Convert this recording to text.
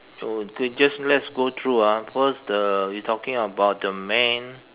so K just let's go through ah first the we talking about the man